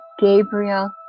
Gabriel